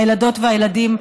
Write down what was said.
הילדות והילדים,